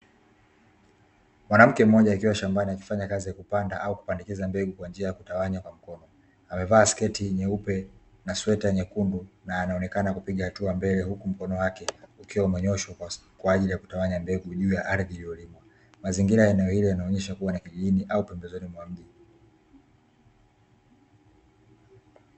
Mwanamke mmoja akiwa shambani akifanya kazi ya kupanda au kupandikiza mbegu kwa njia ya kutawanya kwa mkono, amevaa sketi nyeupe na sweta nyekundu na anaonekana kupiga hatua mbele huku mkono wake ukiwa umenyooshwa kwa ajili ya kutawanya mbegu juu ya ardhi iliyolimwa. Mazingira ya eneo hili yanaonyesha kuwa ni ya kijijini au pembezoni mwa mji.